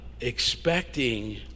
expecting